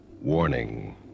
Warning